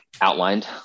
outlined